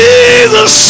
Jesus